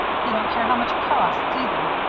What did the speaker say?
he don't care how much it costs, either.